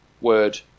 word